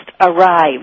arrived